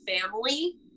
family